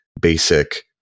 basic